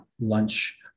lunch